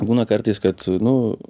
būna kartais kad nu